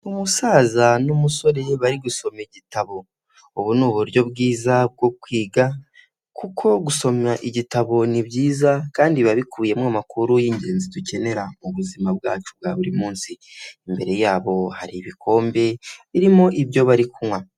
Umusaza n'umusore bari gusoma igitabo. Ubu ni uburyo bwiza bwo kwiga kuko gusoma igitabo ni byiza kandi biba bikubiyemo amakuru y'ingenzi dukenera mu buzima bwacu bwa buri munsi. Imbere yabo hari ibikombe birimo ibyo bari kunywa.